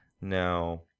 Now